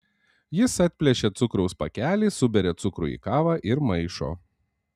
jis atplėšia cukraus pakelį suberia cukrų į kavą ir maišo